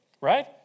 Right